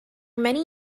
many